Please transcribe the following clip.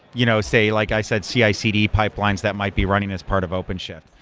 you know say, like i said, cicd pipelines that might be running as part of open shift.